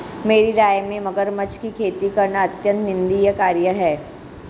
मेरी राय में मगरमच्छ की खेती करना अत्यंत निंदनीय कार्य है